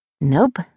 Nope